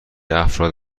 افراد